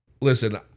listen